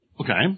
Okay